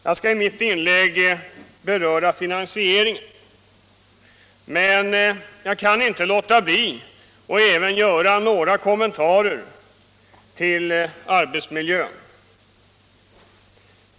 Jag skall i mitt inlägg beröra finansieringen, men kan 110 inte låta bli att även göra några kommentarer till arbetsmiljön.